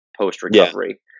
post-recovery